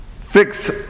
fix